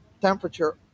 temperature